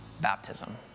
baptism